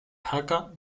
jaca